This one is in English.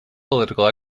political